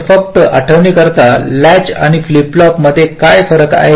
तर फक्त आठवण्याकरिता लॅच आणि फ्लिप फ्लॉपमध्ये काय फरक आहे